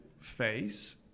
face